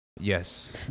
Yes